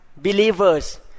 Believers